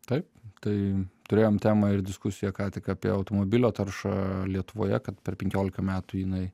taip tai turėjom temą ir diskusiją ką tik apie automobilio taršą lietuvoje kad per penkiolika metų jinai